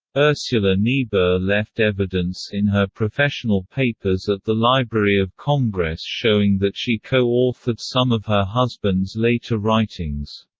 ursula niebuhr left evidence in her professional papers at the library of congress showing that she co-authored some of her husband's later writings.